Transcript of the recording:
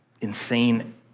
insane